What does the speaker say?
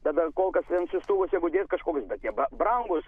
bet dar kol kas vien siųstuvus jeigu dėt kažkokius bet jie brangūs